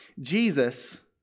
Jesus